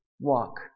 Walk